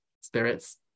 spirits